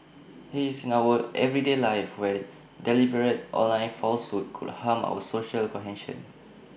he's in our everyday lives where deliberate online falsehoods could harm our social cohesion